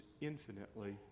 infinitely